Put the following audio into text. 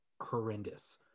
horrendous